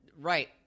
Right